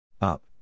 Up